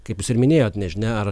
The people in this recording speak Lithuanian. kaip jūs ir minėjot nežinia ar